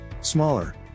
Smaller